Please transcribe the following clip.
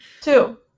Two